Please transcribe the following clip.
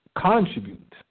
contribute